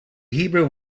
hebrew